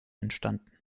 entstanden